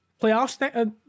playoffs